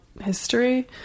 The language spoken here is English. history